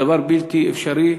זה דבר בלתי אפשרי,